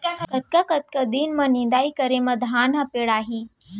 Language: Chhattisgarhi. कतका कतका दिन म निदाई करे म धान ह पेड़ाही?